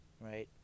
right